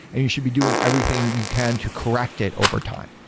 and you should be doing everything you can to correct it overtime.